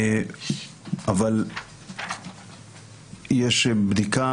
אבל יש בדיקה,